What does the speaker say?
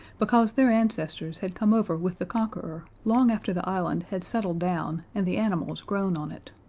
because their ancestors had come over with the conqueror long after the island had settled down and the animals grown on it.